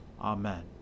Amen